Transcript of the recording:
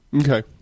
Okay